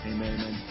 Amen